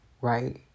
right